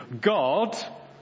God